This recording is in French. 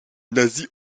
nazis